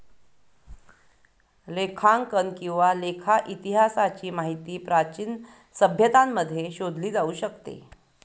लेखांकन किंवा लेखा इतिहासाची माहिती प्राचीन सभ्यतांमध्ये शोधली जाऊ शकते